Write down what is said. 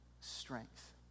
strength